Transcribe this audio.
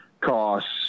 costs